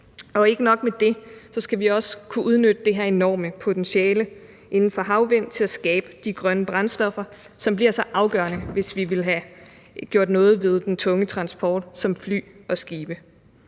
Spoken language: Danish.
Og ikke nok med det: Vi skal også kunne udnytte det her enorme potentiale inden for havvind til at skabe grønne brændstoffer, som bliver så afgørende, hvis vi vil have gjort noget ved den tunge transport som fly og skibe.